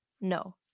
No